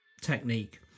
technique